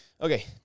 Okay